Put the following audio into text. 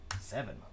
seven